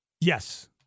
Yes